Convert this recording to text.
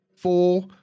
Four